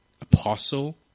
apostle